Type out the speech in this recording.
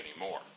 anymore